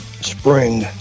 spring